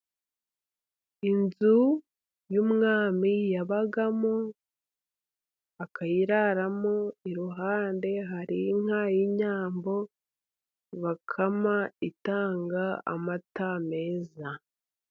Inzu y'umwami yabagamo, akayiraramo. Iruhande hari inka y'inyambo bakama, itanga amata meza.